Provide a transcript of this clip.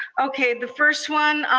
okay the first one,